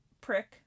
prick